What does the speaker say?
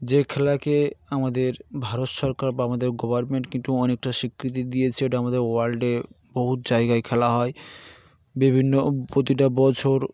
যে খেলাকে আমাদের ভারত সরকার বা আমাদের গভরমেন্ট কিন্তু অনেকটা স্বীকৃতি দিয়েছে এটা আমাদের ওয়ার্ল্ডে বহু জায়গায় খেলা হয় বিভিন্ন প্রতিটা বছর